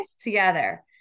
together